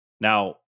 Now